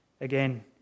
again